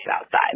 outside